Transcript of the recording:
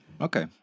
Okay